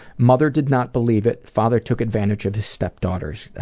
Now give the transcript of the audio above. mother did not believe it, father took advantage of his step-daughters.